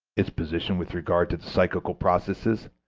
its position with regard to the psychical processes,